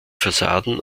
fassaden